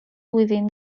within